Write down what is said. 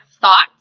thoughts